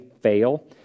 fail